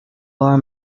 law